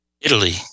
Italy